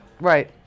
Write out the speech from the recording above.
Right